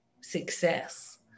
success